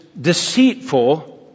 deceitful